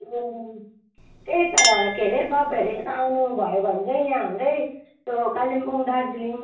ए त्यही त के रे तपाईँहरू यता आउनु भयो भने चाहिँ यहाँ हाम्रै त्यो कालिम्पोङ दार्जिलिङ